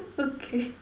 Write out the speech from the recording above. okay